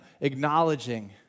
acknowledging